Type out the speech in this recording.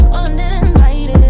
uninvited